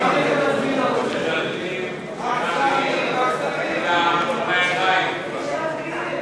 משחררים מחבלים עם דם על הידיים,